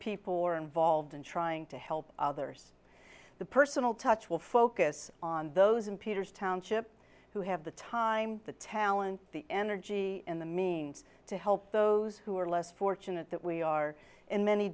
people who are involved and trying to help others the personal touch will focus on those in peter's township who have the time the talent the energy and the means to help those who are less fortunate that we are in many